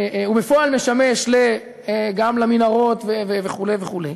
ובפועל משמש גם למנהרות, וכו' וכו'.